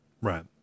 Right